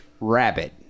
rabbit